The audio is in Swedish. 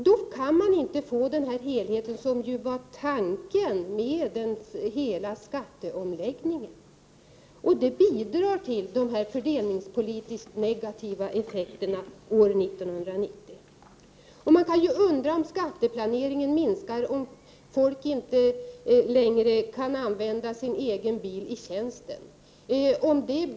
Då kan man inte få den helhet som ju var tanken med skatteomläggningen, och det bidrar till de fördelningspolitiskt negativa effekterna år 1990. Det finns skäl att undra om skatteplaneringen minskar när folk inte längre kan använda sin egen bil i tjänsten.